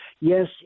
yes